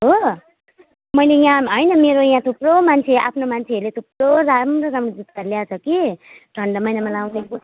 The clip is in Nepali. हो मैले यहाँ होइन मेरो यहाँ थुप्रो मान्छे आफ्नो मान्छेहरूले थुप्रो राम्रो राम्रो जुत्ता ल्याएछ कि ठन्डा महिनामा लगाउने